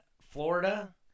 florida